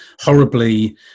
horribly